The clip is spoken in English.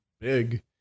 big